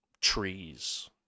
trees